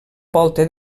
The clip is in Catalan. volta